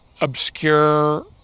obscure